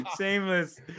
shameless